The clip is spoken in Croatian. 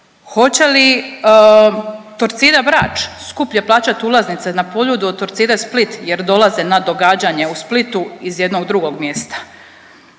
Hoće li Torcida Brač skuplje plaćat ulaznice na Poljudu od Torcide Split jer dolaze na događanje u Splitu iz jednog drugog mjesta?